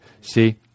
See